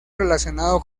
relacionado